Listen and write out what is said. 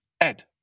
Ed